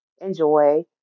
enjoy